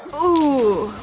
oooh.